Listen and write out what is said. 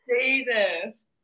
Jesus